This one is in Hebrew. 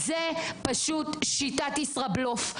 זאת שיטת ישראבלוף,